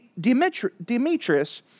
Demetrius